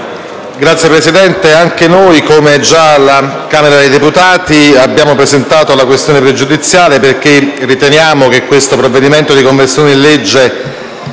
Signor Presidente, anche noi, come già alla Camera dei deputati, abbiamo presentato una questione pregiudiziale perché riteniamo che questo provvedimento di conversione in legge